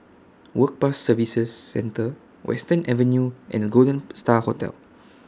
Work Pass Services Centre Western Avenue and Golden STAR Hotel